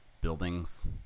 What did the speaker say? buildings